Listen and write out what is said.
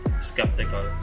skeptical